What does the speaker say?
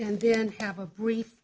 and then have a brief